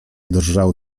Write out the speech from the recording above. drżał